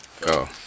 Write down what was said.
Go